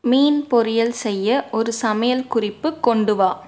மீன் பொரியல் செய்ய ஒரு சமையல் குறிப்பு கொண்டுவா